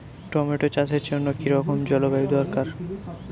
Tomato চাষের জন্য কি রকম জলবায়ু দরকার?